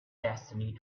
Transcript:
destiny